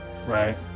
Right